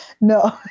No